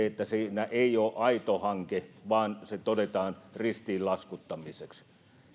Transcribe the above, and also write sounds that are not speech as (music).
(unintelligible) että siinä ei ole aito hanke vaan se todetaan ristiinlaskuttamiseksi